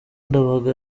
ndabaga